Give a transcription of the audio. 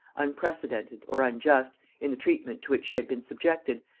unprecedented, or unjust, in the treatment to which she had been subjected,